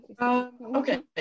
Okay